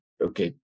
okay